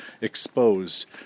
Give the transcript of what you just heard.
exposed